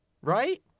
Right